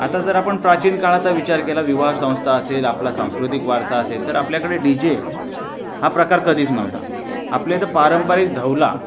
आता जर आपण प्राचीन काळाचा विचार केला विवाह संस्था असेल आपला सांस्कृतिक वारसा असेल तर आपल्याकडे डी जे हा प्रकार कधीच नव्हता आपल्या इथे पारंपरिक धवला